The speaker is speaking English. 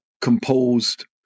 composed